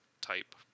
type